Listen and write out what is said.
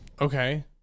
okay